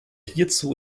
hierzu